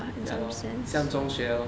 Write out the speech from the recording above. ya lor 像中学 lor